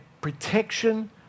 protection